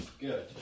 Good